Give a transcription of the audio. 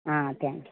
thank you